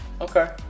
Okay